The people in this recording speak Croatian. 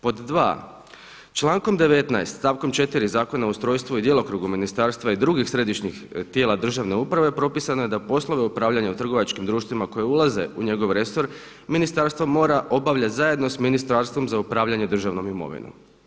Pod 2., člankom 19. stavkom 4. zakona o ustrojstvu i djelokrugu ministarstva i drugih središnjih tijela državne uprave propisano je da poslove upravljanja u trgovačkim društvima koje ulaze u njegov resor ministarstvo mora obavljati zajedno sa Ministarstvo za upravljanje državnom imovinom.